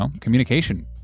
communication